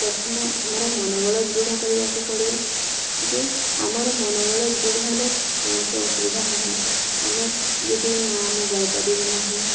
ପ୍ରଥମେ ଆମର ମନୋବଳ ଦୃଢ଼ କରିବାକୁ ପଡ଼ିବ ଯେ ଆମର ମନୋବଳ ଦୃଢ଼ ହେଲେ କୌଣସି ଅସୁବିଧା ହେବ ନାହିଁ ଆମେ ଯଦି ନା ମୁଁ ଗାଇପାରିବି ନାହିଁ